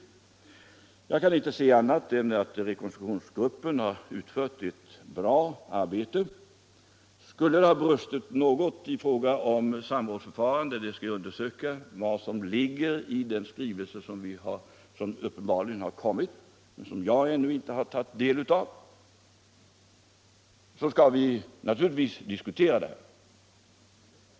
un Jag kan inte se annat än att rekonstruktionsgruppen har utfört ett bra arbete. Skulle det ha brustit något i fråga om samrådsförfarande — jag skall undersöka vad som ligger i den skrivelse som uppenbarligen har kommit men som jag ännu inte har tagit del av — så skall vi naturligtvis diskutera det.